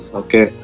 okay